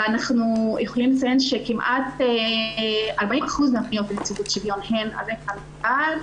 ואנחנו יכולים לציין שכמעט 40% מהפניות לנציבות שוויון הן על רקע מגדר,